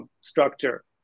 structure